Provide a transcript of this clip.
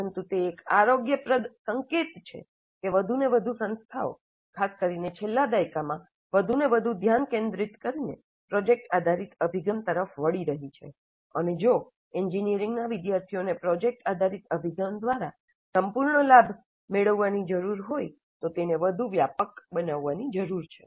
પરંતુ તે એક આરોગ્યપ્રદ સંકેત છે કે વધુને વધુ સંસ્થાઓ ખાસ કરીને છેલ્લા દાયકામાં વધુને વધુ ધ્યાન કેન્દ્રિત કરીને પ્રોજેક્ટ આધારિત અભિગમ તરફ વળી રહી છે અને જો એન્જિનિયરિંગના વિદ્યાર્થીઓને પ્રોજેક્ટ આધારિત અભિગમ દ્વારા સંપૂર્ણ લાભ મેળવવાની જરૂર હોય તો તેને વધુ વ્યાપક બનાવવાની જરૂર છે